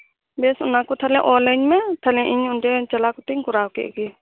ᱵᱮᱥ ᱚᱱᱟ ᱠᱚ ᱛᱟᱦᱞᱮ ᱚᱞᱟᱹᱧ ᱢᱮ ᱛᱟᱦᱞᱮ ᱤᱧ ᱚᱸᱰᱮ ᱪᱟᱞᱟᱣ ᱠᱟᱛᱮᱫ ᱤᱧ ᱠᱚᱨᱟᱣ ᱠᱮᱫ ᱜᱮ